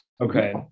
Okay